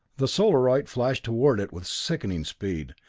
the solarite flashed toward it with sickening speed,